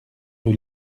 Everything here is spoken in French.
rue